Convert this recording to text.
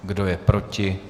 Kdo je proti?